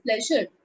pleasure